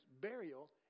burial